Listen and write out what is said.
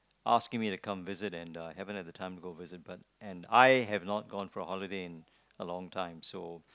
asking me to come visit and uh haven't had the time to go overseas but and I have not gone for a holiday in a long time so